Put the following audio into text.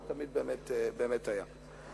זה באמת תמיד היה.